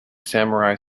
samurai